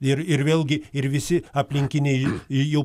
ir ir vėlgi ir visi aplinkiniai jį jau